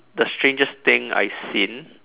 the strangest thing I've seen